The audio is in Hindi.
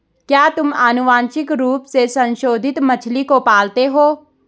क्या तुम आनुवंशिक रूप से संशोधित मछली को पालते हो?